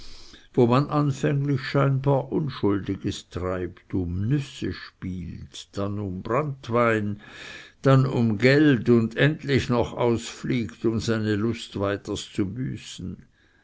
wo man anfänglich scheinbar unschuldiges treibt um nüsse spielt dann um branntwein dann um geld und endlich noch ausfliegt um seine lust weiters zu büßen